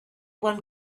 one